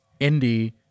indie